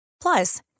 Plus